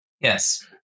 Yes